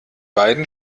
beiden